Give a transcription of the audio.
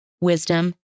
wisdom